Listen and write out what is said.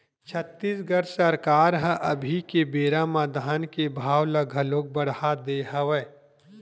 छत्तीसगढ़ सरकार ह अभी के बेरा म धान के भाव ल घलोक बड़हा दे हवय